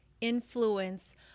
influence